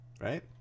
right